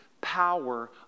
power